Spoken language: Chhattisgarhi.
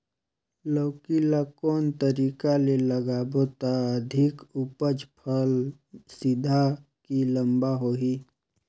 लौकी ल कौन तरीका ले लगाबो त अधिक उपज फल सीधा की लम्बा होही?